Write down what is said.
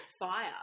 fire